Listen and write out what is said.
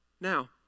Now